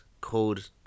called